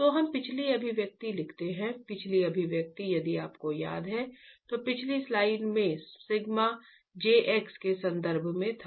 तो हम पिछली अभिव्यक्ति लिखते हैं पिछली अभिव्यक्ति यदि आपको याद है तो पिछली स्लाइड में σ jx के संदर्भ में था